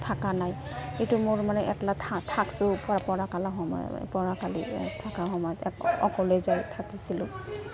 থাকা নাই সেইটো মোৰ মানে একলা থাকছোঁ পঢ়া কালৰ সময়ত পঢ়াশালিত থাকা সময়ত অকলে যায় থাকিছিলোঁ